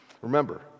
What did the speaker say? Remember